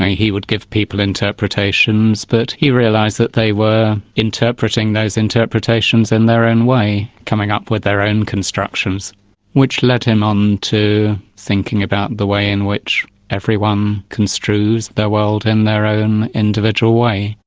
he would give people interpretations but he realised that they were interpreting those interpretations in their own way, coming up with their own constructions which led him on to thinking about the way in which everyone construes their world in their own individual way.